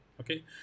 Okay